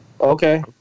Okay